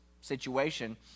situation